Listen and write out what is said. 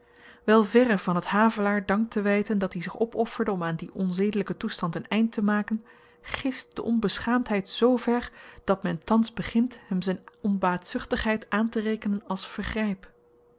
wel verre van t havelaar dank te wyten dat-i zich opofferde om aan dien onzedelyken toestand n eind te maken gist de onbeschaamdheid zver dat men thans begint hem z'n onbaatzuchtigheid aanterekenen als vergryp